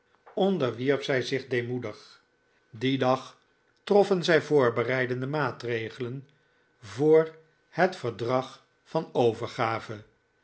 onderwierp zij zich deemoedig dien dag troffen zij voorbereidende maatregelen voor het verdrag van overgave